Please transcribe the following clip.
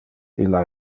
illa